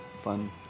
fun